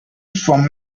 from